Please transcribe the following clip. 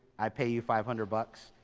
i pay you five hundred bucks.